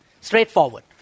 Straightforward